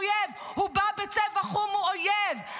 הוא אויב,